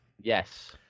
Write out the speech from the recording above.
Yes